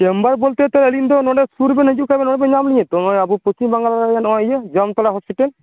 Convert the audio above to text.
chamber ᱵᱚᱞᱛᱮ ᱛᱚ ᱟᱹᱞᱤᱧ ᱫᱚ ᱱᱚᱰᱮ ᱥᱩᱨ ᱨᱮᱵᱮᱱ ᱦᱤᱡᱩᱜ ᱠᱷᱟᱵᱤᱱ ᱱᱚᱰᱮᱵᱤᱱ ᱧᱟᱢ ᱞᱤᱧᱟᱹ ᱛᱚ ᱟᱵᱚ ᱯᱚᱥᱪᱷᱤᱢ ᱵᱟᱝᱞᱟ ᱨᱮᱱᱟ ᱱᱚᱜᱼᱚᱭ ᱤᱭᱟᱹ ᱡᱟᱢᱛᱟᱲᱟ ᱦᱚᱥᱯᱤᱴᱟᱞ